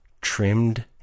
trimmed